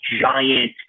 giant